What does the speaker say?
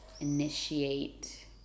initiate